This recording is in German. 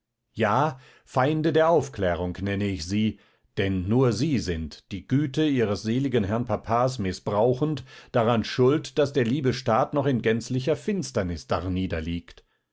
ja feinde der aufklärung nenne ich sie denn nur sie sind die güte ihres seligen herrn papas mißbrauchend daran schuld daß der liebe staat noch in gänzlicher finsternis